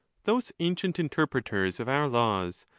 those ancient interpreters of our laws,